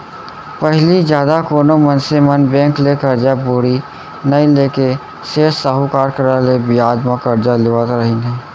पहिली जादा कोनो मनसे मन बेंक ले करजा बोड़ी नइ लेके सेठ साहूकार करा ले बियाज म करजा लेवत रहिन हें